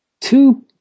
Two